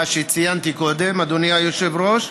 מה שציינתי קודם, אדוני היושב-ראש.